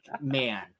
man